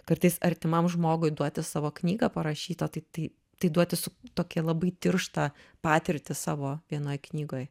kartais artimam žmogui duoti savo knygą parašytą tai tai tai duoti su tokia labai tirštą patirtį savo vienoj knygoj